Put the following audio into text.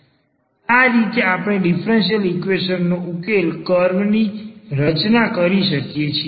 આ રીતે આપણે ડીફરન્સીયલ ઈક્વેશન નો ઉકેલ કર્વની રચના કરી શકીએ છે